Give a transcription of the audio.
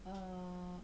err